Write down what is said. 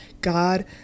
God